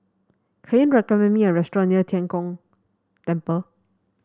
can you recommend me a restaurant near Tian Kong Temple